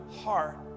heart